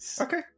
okay